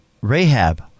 Rahab